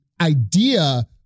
idea